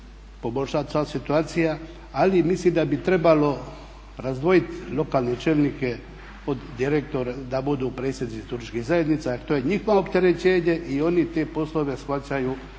ali mislim da bi trebalo razdvojiti lokalne čelnike od direktora da budu predsjednici turističkih zajednica jer to je njihovo opterećenje i oni te poslove shvaćaju